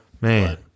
Man